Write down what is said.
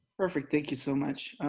perfect, thank you so much.